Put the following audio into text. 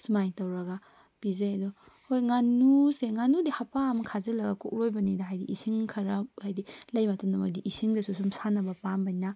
ꯁꯨꯃꯥꯏꯅ ꯇꯧꯔꯒ ꯄꯤꯖꯩ ꯑꯗꯣ ꯍꯣꯏ ꯉꯥꯅꯨꯁꯦ ꯉꯥꯅꯨꯗꯤ ꯍꯞꯄꯥ ꯑꯃ ꯈꯥꯖꯤꯜꯂꯥꯒ ꯀꯣꯛ ꯂꯣꯏꯕꯅꯤꯗ ꯍꯥꯏꯗꯤ ꯏꯁꯤꯡ ꯈꯔꯥ ꯍꯥꯏꯗꯤ ꯂꯩꯕ ꯃꯇꯝꯗ ꯃꯣꯏ ꯗꯤ ꯏꯁꯤꯡꯗꯁꯨ ꯁꯨꯝ ꯁꯥꯟꯅꯕ ꯄꯥꯝꯕꯅꯤꯅ